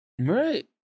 Right